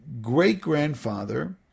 great-grandfather